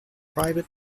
private